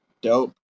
Dope